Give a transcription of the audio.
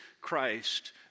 Christ